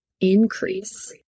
increase